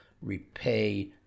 repay